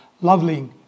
lovely